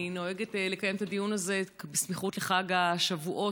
אני נוהגת לקיים את הדיון הזה בסמיכות לחג השבועות,